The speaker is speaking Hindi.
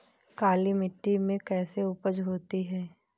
काली मिट्टी में कैसी उपज होती है?